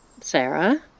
Sarah